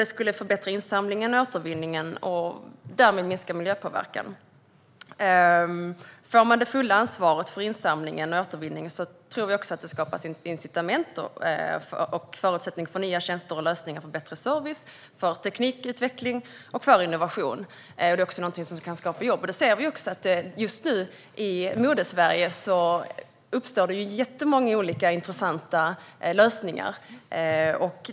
Det skulle förbättra insamlingen och återvinningen och därmed minska miljöpåverkan. Får man det fulla ansvaret för insamlingen och återvinningen tror jag att det skapas incitament och förutsättningar för nya tjänster och lösningar för bättre service, teknikutveckling och innovation. Det är också något som kan skapa jobb. Vi ser också att det just nu i Modesverige uppstår jättemånga olika intressanta lösningar.